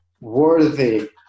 worthy